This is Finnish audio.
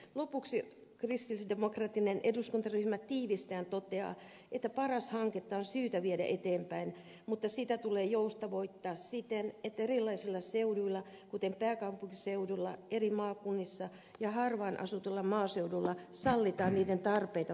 lopuksi kristillisdemokraattinen eduskuntaryhmä tiivistäen toteaa että paras hanketta on syytä viedä eteenpäin mutta sitä tulee joustavoittaa siten että erilaisilla seuduilla kuten pääkaupunkiseudulla eri maakunnissa ja harvaanasutulla maaseudulla sallitaan niiden tarpeita vastaavat ratkaisut